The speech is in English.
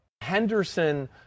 Henderson